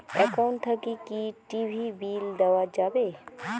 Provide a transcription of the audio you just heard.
Account থাকি কি TV bill দেওয়া যাবে?